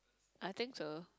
I think so